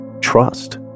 trust